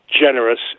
generous